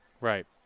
Right